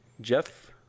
Jeff